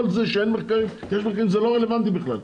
כל זה שאין או יש מחקרים, זה לא רלוונטי בכלל.